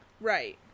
Right